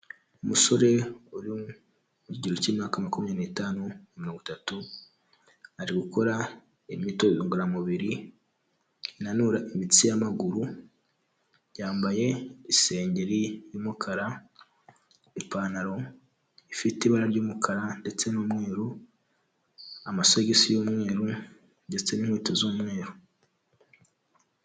Umusore uri mu kigero cy'imyaka makumyabiri n'itanu na mirongo itatu, ari gukora imyitozo ngoramubiri inanura imitsi y'amaguru, yambaye isengeri y'umukara, ipantaro ifite ibara ry'umukara ndetse n'umweru, amasogisi y'umweru ndetse n'inkweto z'umweru.